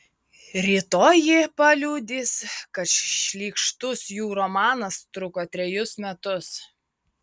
rytoj ji paliudys kad šlykštus jų romanas truko trejus metus